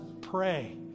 pray